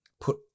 put